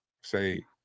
say